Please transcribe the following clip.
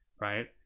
right